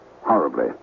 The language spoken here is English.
Horribly